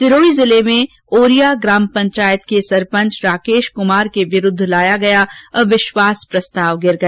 सिरोही जिले में ओरिया ग्राम पंचायत के सरपंच राकेश कुमार के विरूद्व लाया गया अविश्वास प्रस्ताव गिर गया